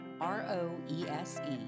R-O-E-S-E